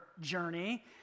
journey